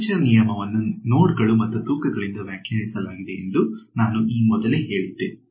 quadrature ನಿಯಮವನ್ನು ನೋಡ್ಗಳು ಮತ್ತು ತೂಕಗಳಿಂದ ವ್ಯಾಖ್ಯಾನಿಸಲಾಗಿದೆ ಎಂದು ನಾನು ಈ ಮೊದಲು ಹೇಳಿದ್ದೆ